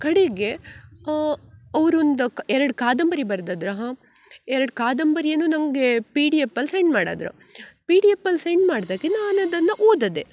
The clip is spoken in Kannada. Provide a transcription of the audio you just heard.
ಕಡೆಗೆ ಅವ್ರೊಂದು ಕ್ ಎರಡು ಕಾದಂಬರಿ ಬರ್ದದ್ರು ಹಾಂ ಎರಡು ಕಾದಂಬರಿಯನ್ನು ನನಗೆ ಪಿ ಡಿ ಎಪ್ಪಲ್ಲಿ ಸೆಂಡ್ ಮಾಡಿದ್ರು ಪಿ ಡಿ ಎಪ್ಪಲ್ಲಿ ಸೆಂಡ್ ಮಾಡ್ದಾಗ ನಾನು ಅದನ್ನು ಓದಿದೆ